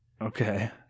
Okay